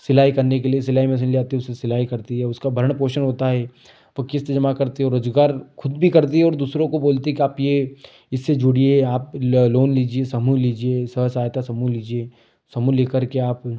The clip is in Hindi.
सिलाई करने के लिए सिलाई मसीन ले आती हे उससे सिलाई करती है उसका भरण पोषण होता है पर किस्त जमा करते वह रोज़गार ख़ुद भी करती हैं और दूसरों को बोलती है कि आप ये इससे जुड़िये आप लोन लीजिए समूह लीजिए स सहायता समूह लीजिए समूह लेकर के आप